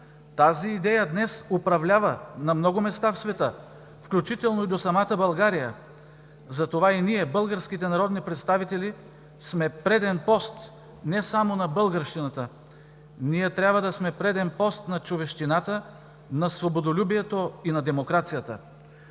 тази идея днес управлява на много места в света, включително и до самата България. Затова и ние, българските народни представители, сме преден пост не само на българщината. Ние трябва да сме преден пост на човещината, на свободолюбието и на демокрацията.